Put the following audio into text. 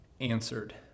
answered